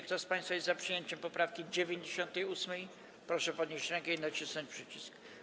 Kto z państwa jest za przyjęciem poprawki 98., proszę podnieść rękę i nacisnąć przycisk.